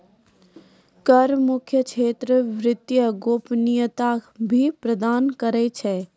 कर मुक्त क्षेत्र वित्तीय गोपनीयता भी प्रदान करै छै